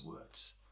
words